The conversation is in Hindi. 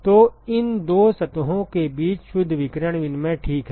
तो इन दो सतहों के बीच शुद्ध विकिरण विनिमय ठीक है